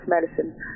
medicine